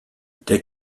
der